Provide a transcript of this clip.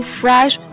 fresh